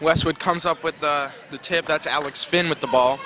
westwood comes up with the tip that's alex finn with the ball